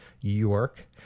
York